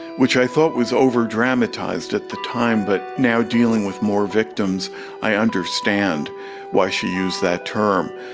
which i thought was overdramatised at the time, but now dealing with more victims i understand why she used that term.